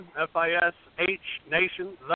F-I-S-H-Nation